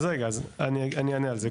אני אענה על זה,